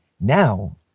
Now